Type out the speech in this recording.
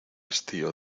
estío